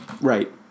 Right